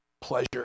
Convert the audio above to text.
pleasure